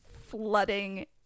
flooding